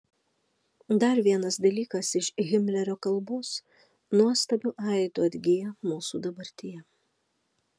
dar vienas dalykas iš himlerio kalbos nuostabiu aidu atgyja mūsų dabartyje